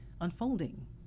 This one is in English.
unfolding